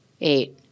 Eight